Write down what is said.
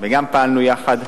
וגם פעלנו יחד.